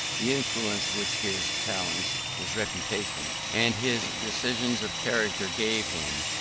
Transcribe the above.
the influence which his talents, his reputation, and his decision of character gave him,